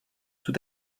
tout